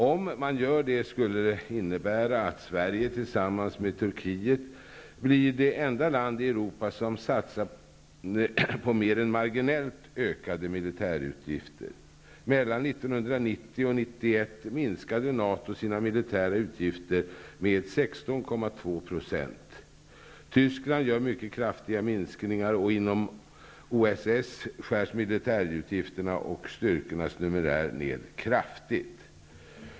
Om man gör det, skulle det innebära att Sverige, tillsammans med Turkiet, blir det enda land i Europa som satsar på mer än marginellt ökade militärutgifter. Mellan 1990 och 1991 minskade NATO sina militära utgifter med 16,2 %. Tyskland gör mycket kraftiga minskningar. Inom OSS skärs militärutgifterna och styrkornas numerär ner kraftigt.